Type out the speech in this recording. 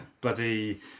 bloody